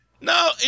no